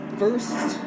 first